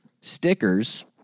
Stickers